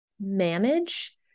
manage